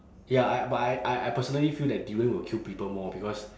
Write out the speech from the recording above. ya I but I I I personally feel that durian will kill people more because